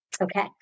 Okay